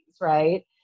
right